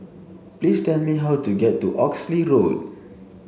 please tell me how to get to Oxley Road